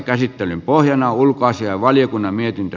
käsittelyn pohjana on ulkoasiainvaliokunnan mietintö